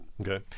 Okay